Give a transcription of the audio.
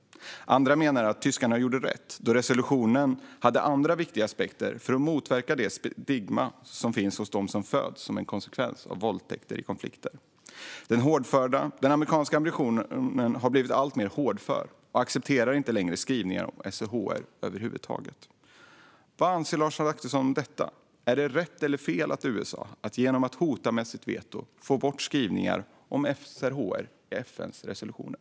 Andra menar att tyskarna gjorde rätt då resolutionen hade andra viktiga aspekter för att motverka det stigma som finns hos dem som föds som en konsekvens av våldtäkter i konflikter. Den amerikanska administrationen har blivit alltmer hårdför och accepterar inte längre skrivningar om SRHR över huvud taget. Vad anser Lars Adaktusson om detta? Är det rätt eller fel av USA att genom att hota med sitt veto få bort skrivningar om SRHR i FN:s resolutioner?